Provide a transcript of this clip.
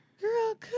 Girl